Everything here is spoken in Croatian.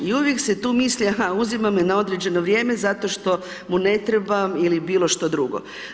I uvijek se tu misli, aha, uzima me na određeno vrijeme, zato što mu ne trebam ili bilo što drugo.